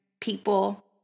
people